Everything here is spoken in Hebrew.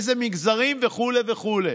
איזה מגזרים וכו' וכו'.